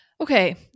Okay